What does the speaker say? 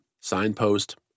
Signpost